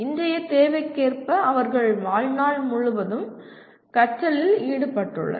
இன்றைய தேவைக்கேற்ப அவர்கள் வாழ்நாள் முழுவதும் கற்றலில் ஈடுபட்டுள்ளனர்